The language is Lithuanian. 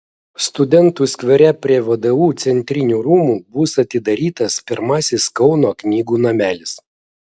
studentų skvere prie vdu centrinių rūmų bus atidarytas pirmasis kauno knygų namelis